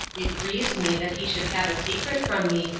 it grieves me that he should have a secret from me,